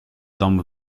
dom